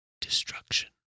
destruction